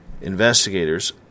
investigators